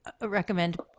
recommend